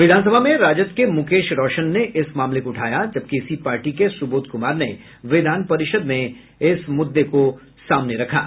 विधान सभा में राजद के मुकेश रौशन ने इस मामले को उठाया जबकि इसी पार्टी के सुबोध कुमार ने विधान परिषद् में इस मुद्दे को उठाया